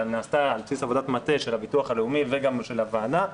שנעשתה על בסיס עבודת מטה של הביטוח הלאומי וגם של הוועדה,